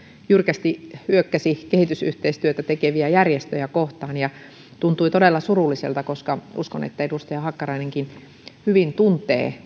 jyrkästi hyökkäsi kehitysyhteistyötä tekeviä järjestöjä kohtaan ja se tuntui todella surulliselta koska uskon että edustaja hakkarainenkin hyvin tuntee